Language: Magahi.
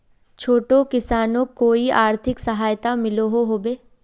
छोटो किसानोक कोई आर्थिक सहायता मिलोहो होबे?